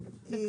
לא,